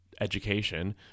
education